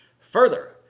Further